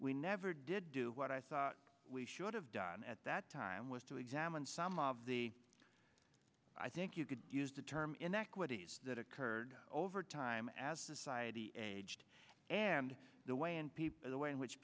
we never did do what i thought we should have done at that time was to examine some of the i think you could use the term inequities that occurred over time as society aged and the way in people the way in which